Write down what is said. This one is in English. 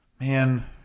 Man